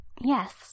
Yes